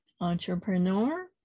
entrepreneur